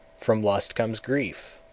from lust comes grief,